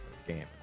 game